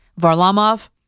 Varlamov